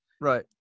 Right